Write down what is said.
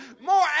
more